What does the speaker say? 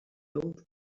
old